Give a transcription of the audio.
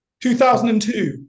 2002